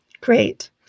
Great